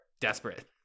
desperate